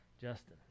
Justin